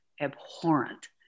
abhorrent